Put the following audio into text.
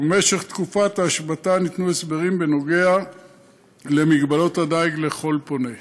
ובמשך תקופת ההשבתה ניתנו הסברים בנוגע למגבלות הדיג לכל פונה.